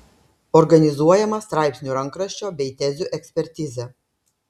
organizuojama straipsnio rankraščio bei tezių ekspertizė